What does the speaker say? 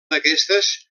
d’aquestes